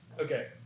Okay